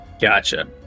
gotcha